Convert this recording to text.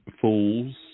fools